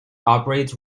operates